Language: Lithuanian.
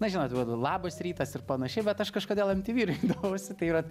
na žinot vat labas rytas ir panašiai bet aš kažkodėl em ti vi rinkdavausi tai yra